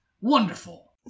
wonderful